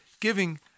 giving